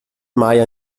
maja